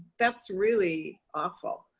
that's really awful.